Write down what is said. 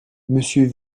monsieur